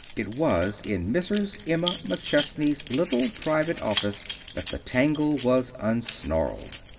it was in mrs. emma mcchesney's little private office that the tangle was unsnarled.